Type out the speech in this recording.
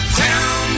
town